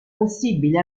possibile